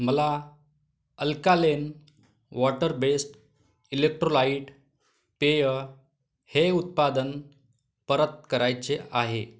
मला alkaline water based electrolyte पेय हे उत्पादन परत करायचे आहे